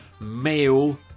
male